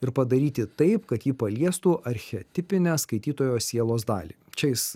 ir padaryti taip kad ji paliestų archetipinę skaitytojo sielos dalį čia jis